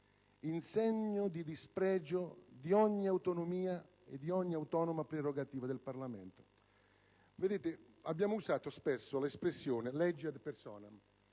in segno di dispregio di ogni autonomia e di ogni autonoma prerogativa del Parlamento. Vedete, abbiamo usato spesso l'espressione «legge *ad personam*».